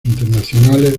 internacionales